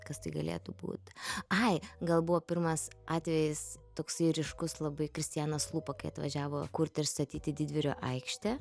kas tai galėtų būti ai gal buvo pirmas atvejis toksai ryškus labai kristianas lupa kai atvažiavo kurt ir statyti didvyrių aikštę